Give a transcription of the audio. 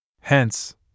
Hence